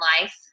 life